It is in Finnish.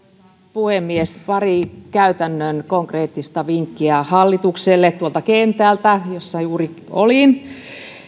puhemies pari käytännön konkreettista vinkkiä hallitukselle tuolta kentältä jossa juuri olin